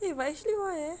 eh but actually why eh